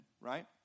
right